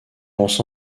lance